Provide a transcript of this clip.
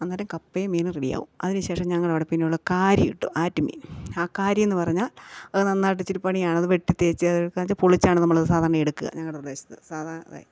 അന്നേരം കപ്പേം മീനും റെഡിയാവും അതിന് ശേഷം ഞങ്ങടവിടെ പിന്നെയുള്ള കാരിയുണ്ട് ആറ്റ് മീൻ ആ കാരിയെന്ന് പറഞ്ഞാൽ അത് നന്നായിട്ട് ഇച്ചിരി പണിയാണത് വെട്ടി തേച്ച് അത് എട്ക്കാച്ചാൽ പൊളിച്ചാണത് നമ്മളത് സാധാരണയെടുക്കുക ഞങ്ങളുടെ പ്രദേശത്ത് സാധാരണ